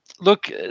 Look